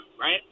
right